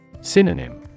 Synonym